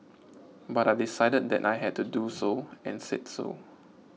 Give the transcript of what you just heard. but I decided that I had to do so and said so